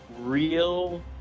real